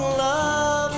love